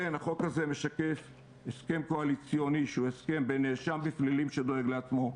תציעי בסוף הדיון את מה שאת רוצה להציע.